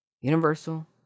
Universal